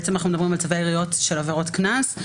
אנחנו מדברים על צווי העיריות של עבירות הקנס.